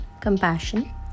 Compassion